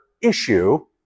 issue